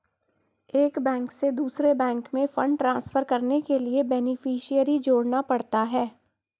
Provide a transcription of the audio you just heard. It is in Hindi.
एक बैंक से दूसरे बैंक में फण्ड ट्रांसफर करने के लिए बेनेफिसियरी जोड़ना पड़ता है